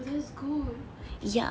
oh that's good